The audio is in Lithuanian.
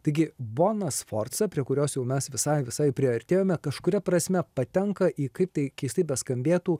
taigi bona sforca prie kurios jau mes visai visai priartėjome kažkuria prasme patenka į kaip tai keistai beskambėtų